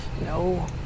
No